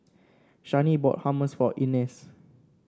Shani bought Hummus for Ines